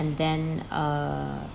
and then err